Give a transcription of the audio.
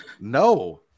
No